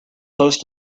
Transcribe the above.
post